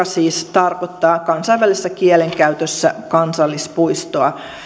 siis tarkoittaa kansainvälisessä kielenkäytössä kansallispuistoa